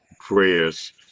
prayers